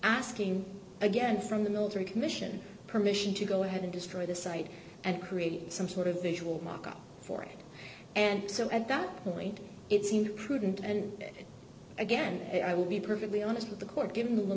asking again from the military commission permission to go ahead and destroy the site and create some sort of visual mock up for it and so at gun point it seemed prudent and again i will be perfectly honest with the court given the a